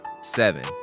seven